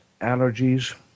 allergies